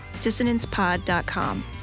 dissonancepod.com